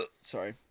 Sorry